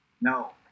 No